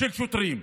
של שוטרים,